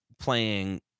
playing